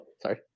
sorry